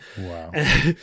Wow